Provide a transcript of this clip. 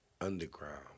Underground